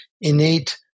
innate